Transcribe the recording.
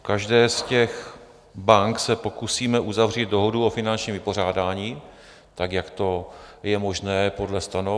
V každé z těch bank se pokusíme uzavřít dohodu o finančním vypořádání, jak to je možné podle stanov.